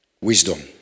wisdom